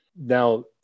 now